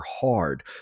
hard